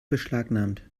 beschlagnahmt